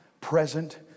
present